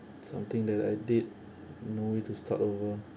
something that I did no way to start over